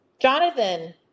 Jonathan